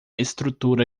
estrutura